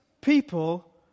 people